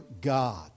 God